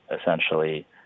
essentially